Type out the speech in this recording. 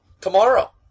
tomorrow